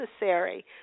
necessary